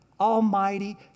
almighty